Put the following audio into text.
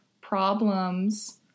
problems